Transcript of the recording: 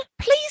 please